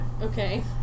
Okay